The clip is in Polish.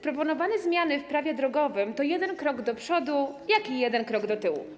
Proponowane zmiany w Prawie drogowym to zarówno jeden krok do przodu, jak i jeden krok do tyłu.